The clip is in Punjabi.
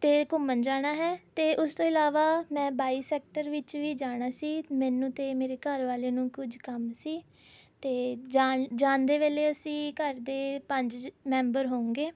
'ਤੇ ਘੁੰਮਣ ਜਾਣਾ ਹੈ ਅਤੇ ਉਸ ਤੋਂ ਇਲਾਵਾ ਮੈਂ ਬਾਈ ਸੈਕਟਰ ਵਿੱਚ ਵੀ ਜਾਣਾ ਸੀ ਮੈਨੂੰ ਅਤੇ ਮੇਰੇ ਘਰਵਾਲੇ ਨੂੰ ਕੁੱਝ ਕੰਮ ਸੀ ਅਤੇ ਜਾਣ ਜਾਂਦੇ ਦੇ ਵੇਲੇ ਅਸੀਂ ਘਰ ਦੇ ਪੰਜ ਮੈਂਬਰ ਹੋਉਂਗੇ